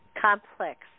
complex